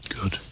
Good